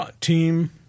team